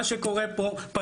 מה שקורה פה,